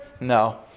No